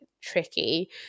tricky